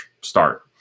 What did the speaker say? start